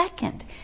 second